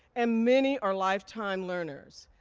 and many are lifetime learners.